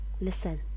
listen